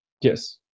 Yes